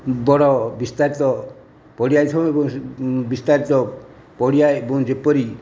ଉର୍ବର ବିସ୍ତାରିତ ପଡ଼ିଆ ଥିବ ବିସ୍ତାରିତ ପଡ଼ିଆ ଏବଂ ଯେପରି